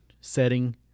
setting